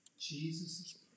Jesus